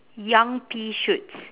young pea shoots